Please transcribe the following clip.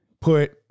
put